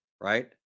right